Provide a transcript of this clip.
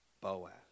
Boaz